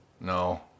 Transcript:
No